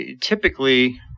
typically